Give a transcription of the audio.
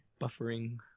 buffering